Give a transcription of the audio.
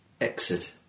exit